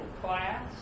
class